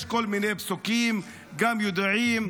יש כל מיני פסוקים, גם ידועים: